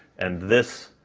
and this